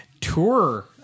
tour